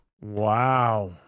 Wow